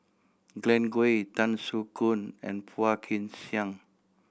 Glen Goei Tan Soo Khoon and Phua Kin Siang